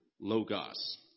Logos